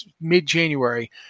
mid-January